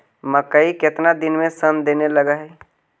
मकइ केतना दिन में शन देने लग है?